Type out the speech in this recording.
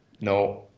No